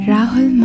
Rahul